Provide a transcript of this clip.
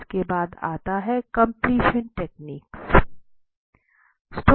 इसके बाद आता है कम्पलीशन टेक्निक्स